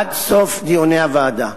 עד סוף דיוני הוועדה.